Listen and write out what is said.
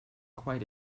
quite